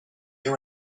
hear